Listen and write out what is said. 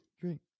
drink